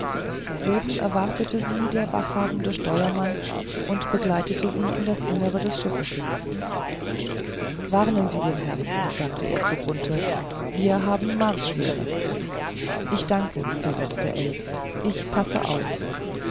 oben erwartete sie der wachhabende steuermann und geleitete sie in das innere des schiffes hinab warnen sie den herrn sagte er zu grunthe wir haben marsschwere ich danke versetzte ell ich passe auf